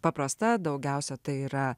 paprasta daugiausia tai yra